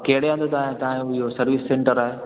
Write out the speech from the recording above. हा पर कहिड़े हंधि तां तव्हांजो बि इहो सर्विस सैंटर आहे